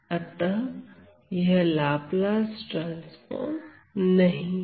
अतः यह Laplace transform नहीं है